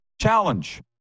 challenge